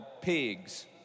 pigs